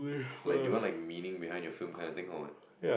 like the one like meaning behind your film kind of things or what